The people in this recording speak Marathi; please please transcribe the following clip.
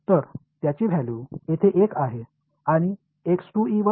तर त्याची व्हॅल्यू येथे 1 आहे आणि वर